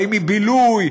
באים מבילוי,